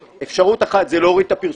אפשרות אחת היא להוריד את הפרסום,